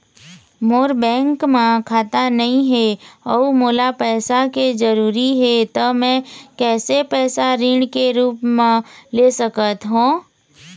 मोर bank म खाता नई हे अउ मोला पैसा के जरूरी हे त मे कैसे पैसा ऋण के रूप म ले सकत हो?